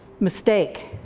mistake.